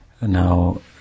now